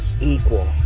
equal